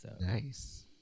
Nice